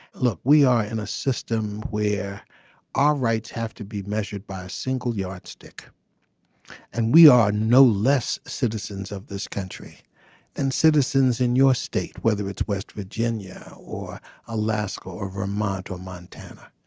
look we are in a system where our rights have to be measured by a single yardstick and we are no less citizens of this country than and citizens in your state whether it's west virginia or alaska or vermont or montana.